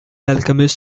alchemist